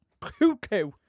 Cuckoo